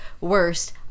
worst